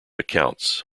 accounts